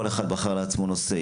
כל אחד בחר לעצמו נושא,